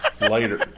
Later